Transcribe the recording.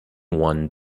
one